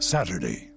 Saturday